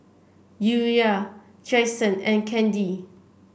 Urijah Jaxson and Candi